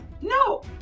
No